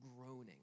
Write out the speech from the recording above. groaning